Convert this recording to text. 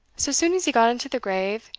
so soon as he got into the grave,